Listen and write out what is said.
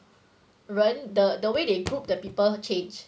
人 the the way they group the people change